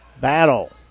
Battle